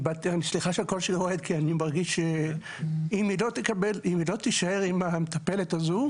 סליחה שהקול שלי רועד כי אני מרגיש שאם היא לא תישאר עם המטפלת הזו,